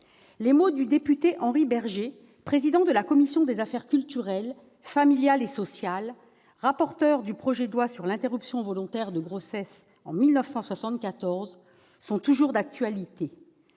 Les mots du député Henry Berger, président de la commission des affaires culturelles, familiales et sociales de l'Assemblée nationale, rapporteur du projet de loi sur l'interruption volontaire de grossesse en 1974, sont toujours d'actualité